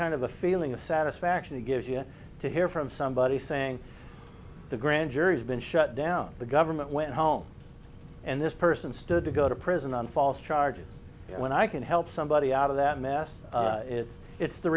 kind of a feeling of satisfaction it gives you to hear from somebody saying the grand jury has been shut down the government went home and this person stood to go to prison on false charges when i can help somebody out of that mess it's